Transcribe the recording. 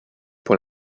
pour